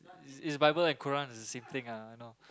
is is Bible and Quran is the same thing lah I know